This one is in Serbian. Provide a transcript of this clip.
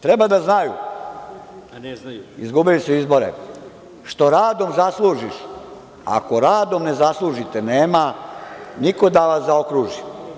Treba da znaju, izgubili su izbore, što radom zalužiš, ako radom ne zaslužite, nema niko da vas zaokruži.